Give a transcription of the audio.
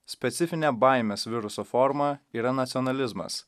specifinė baimės viruso forma yra nacionalizmas